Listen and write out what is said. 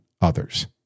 others